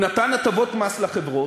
הוא נתן הטבות מס לחברות,